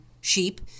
sheep